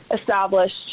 established